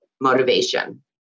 motivation